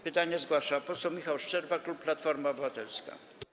Pytanie zgłasza poseł Michał Szczerba, klub Platforma Obywatelska.